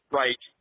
right